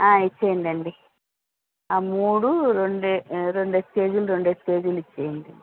ఇచ్చేయండండి ఆ మూడు రెండే రెండేసి కేజీలు రెండేసి కేజీలు ఇచ్చేయండి